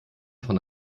von